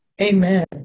Amen